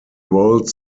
rolls